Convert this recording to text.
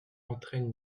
entraine